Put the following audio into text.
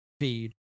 feed